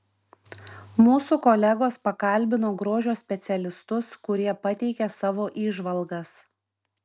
mūsų kolegos pakalbino grožio specialistus kurie pateikė savo įžvalgas